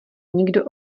nikdo